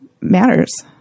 matters